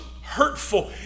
hurtful